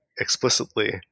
explicitly